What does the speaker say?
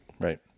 Right